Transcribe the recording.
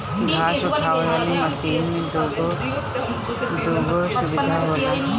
घास उठावे वाली मशीन में दूगो सुविधा होला